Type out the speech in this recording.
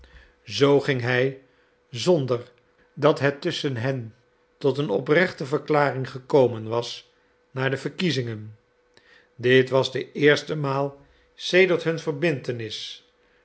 zoo ging hij zonder dat het tusschen hen tot een oprechte verklaring gekomen was naar de verkiezingen dit was de eerste maal sedert hun verbintenis